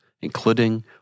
including